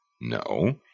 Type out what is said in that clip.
No